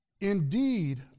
indeed